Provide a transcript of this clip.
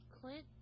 Clint